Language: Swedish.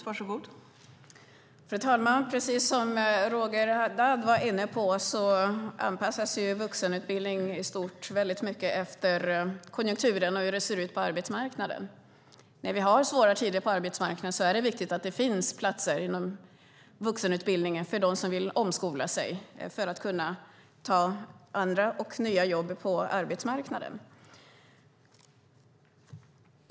Fru talman! Precis som Roger Haddad var inne på anpassas vuxenutbildningen i stort väldigt mycket efter konjunkturen och efter hur det ser ut på arbetsmarknaden. När vi har svåra tider på arbetsmarknaden är det viktigt att det finns platser inom vuxenutbildningen för dem som vill omskola sig för att kunna ta andra och nya jobb på arbetsmarknaden.